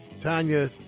Tanya